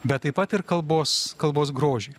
bet taip pat ir kalbos kalbos grožį